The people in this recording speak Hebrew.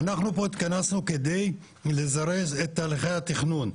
אנחנו פה התכנסנו על מנת לזרז את תהליכי התכנון.